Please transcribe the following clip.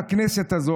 בכנסת הזאת,